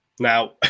Now